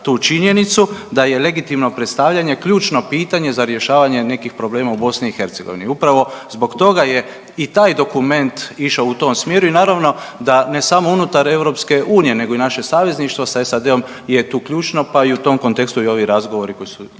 da je legitimno predstavljanje ključno pitanje za rješavanje nekih problema u BiH. Upravo zbog toga je i taj dokument išao u tom smjeru i naravno da ne samo unutar EU nego i naše savezništvo sa SAD-om je tu ključno, pa u tom kontekstu i ovi razgovori koji ste